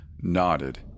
nodded